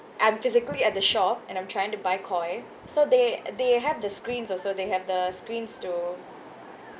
I'm physically at the shop and I'm trying to buy Koi so they they have the screens also they have the screens to